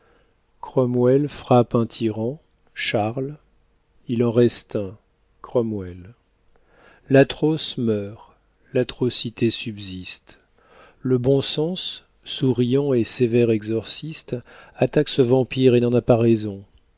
cromwell frappe un tyran charles il en reste un cromwell l'atroce meurt l'atrocité subsiste le bon sens souriant et sévère exorciste attaque ce vampire et n'en a pas raison